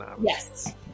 Yes